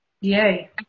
Yay